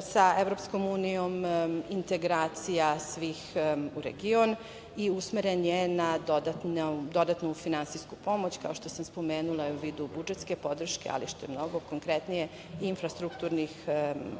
sa EU, integracija svih regiona i usmeren je na dodatnu finansijsku pomoć, kao što sam spomenula u vidu budžetske podrške, ali što je mnogo konkretnije infrastrukturnih